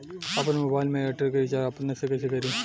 आपन मोबाइल में एयरटेल के रिचार्ज अपने से कइसे करि?